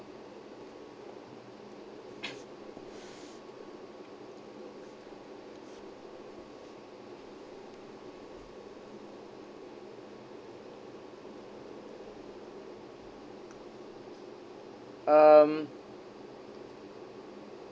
um